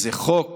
זה חוק